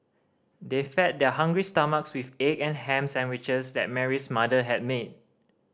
they fed their hungry stomachs with egg and ham sandwiches that Mary's mother had made